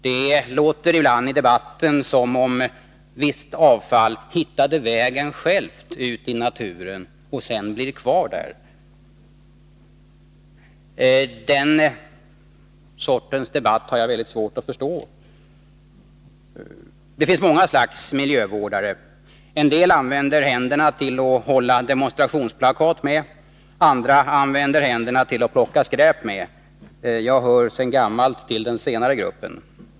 Det låter ibland i debatten som om visst avfall självt hittade vägen ut i naturen för att sedan bli kvar där. Den sortens debatt har jag mycket svårt att förstå. Det finns olika slags miljövårdare. Vissa använder händerna för att hålla demonstrationsplakat, andra använder dem för att plocka skräp. Jag hör sedan gammalt till den senare gruppen.